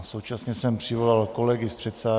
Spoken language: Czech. Současně jsem přivolal kolegy z předsálí.